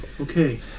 Okay